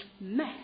mess